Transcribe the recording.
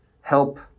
help